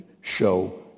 show